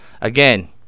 Again